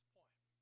point